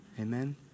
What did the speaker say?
Amen